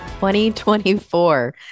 2024